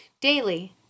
Daily